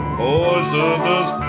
poisonous